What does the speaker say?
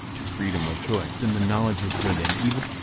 to freedom of choice in the knowledge of good and evil?